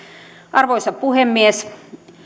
arvoisa puhemies